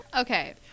Okay